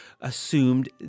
assumed